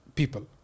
people